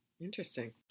Interesting